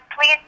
please